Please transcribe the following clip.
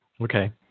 Okay